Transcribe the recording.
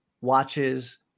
watches